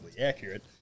accurate